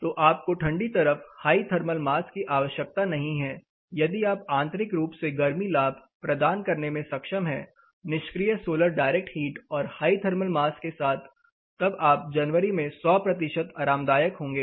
तो आपको ठंडी तरफ हाई थर्मल मास की आवश्यकता नहीं है यदि आप आंतरिक रूप से गर्मी लाभ प्रदान करने में सक्षम हैं निष्क्रिय सौलर डायरेक्ट हीट और हाई थर्मल मास के साथ तब आप जनवरी में 100 प्रतिशत आरामदायक होंगे